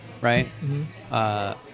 right